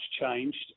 changed